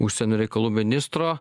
užsienio reikalų ministro